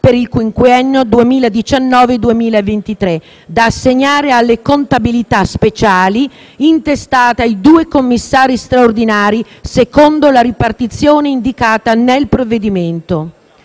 per il quinquennio 2019-2023, da assegnare alle contabilità speciali intestate ai due commissari straordinari, secondo la ripartizione indicata nel provvedimento.